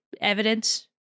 evidence